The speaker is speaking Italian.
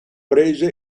prese